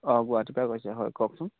অঁ গুৱাহাটীৰ পৰা কৈছে হয় কওকচোন